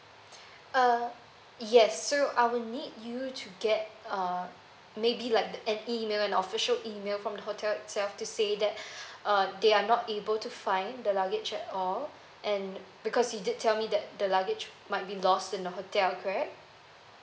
uh yes so I will need you to get uh maybe like the an email an official email from the hotel itself to say that uh they are not able to find the luggage at all and because you did tell me that the luggage might be lost in the hotel correct